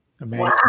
Amazing